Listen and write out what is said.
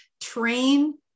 train